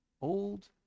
old